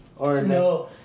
No